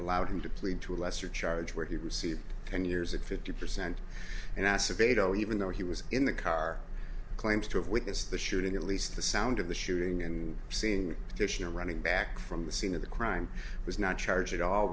allowed him to plead to a lesser charge where he received ten years at fifty percent and acevedo even though he was in the car claims to have witnessed the shooting at least the sound of the shooting and seeing fishing or running back from the scene of the crime was not charged at all